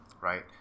right